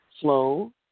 flow